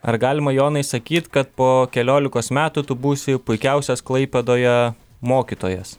ar galima jonai sakyt kad po keliolikos metų tu būsi puikiausias klaipėdoje mokytojas